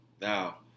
now